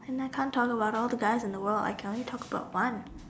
and I can't talk about all the dust in the world I can only talk about one